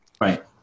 right